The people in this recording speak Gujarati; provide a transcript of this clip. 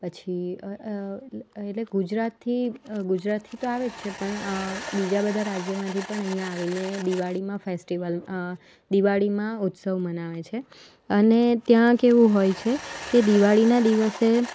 પછી એટલે ગુજરાતથી ગુજરાતથી તો આવે જ છે પણ બીજા બધા રાજ્યમાંથી પણ અહીંયાં આવીને દિવાળીમાં ફેસ્ટિવલ દિવાળીમાં ઉત્સવ મનાવે છે અને ત્યાં કેવું હોય છે કે દિવાળીના દિવસે